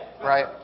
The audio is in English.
Right